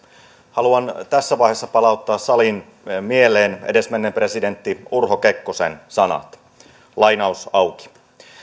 haluan tässä vaiheessa palauttaa salissa meidän mieleemme edesmenneen presidentti urho kekkosen sanat